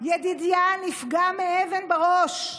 ידידיה נפגע מאבן בראש.